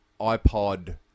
iPod